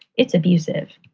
it's abusive.